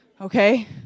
Okay